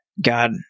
God